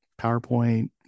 PowerPoint